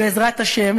בעזרת השם,